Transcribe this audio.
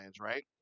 right